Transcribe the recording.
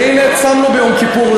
והנה, צמנו ביום כיפור.